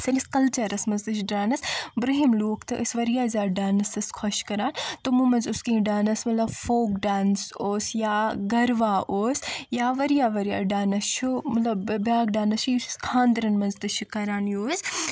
سٲنس کلچرس منٛز تہِ چھُ ڈانٕس برٛوہم لوٗکھ تہِ ٲسۍ وارِیاہ زیادٕ ڈانٕسس خۄش کَران تٕمو منٛز اوس کیٚنہہ ڈانٕس مطلب فوک ڈانٕس اوس یا گَروا اوس یا وارِیاہ وارِیاہ ڈانٕس چھِ مطلب بیٚاکھ ڈانٕس چھُ یُس أسۍ خاندٕرن منٛز تہِ چھِ کَران یوٗز